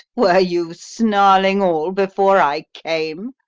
were you snarling all before i came,